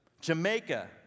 Jamaica